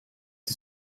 die